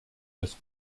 des